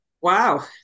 Wow